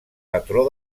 patró